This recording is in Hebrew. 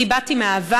אני באתי מאהבה,